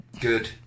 Good